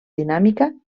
dinàmica